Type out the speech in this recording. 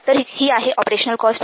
तर ही आहे ऑपरेशनल कॉस्ट